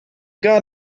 got